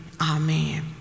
Amen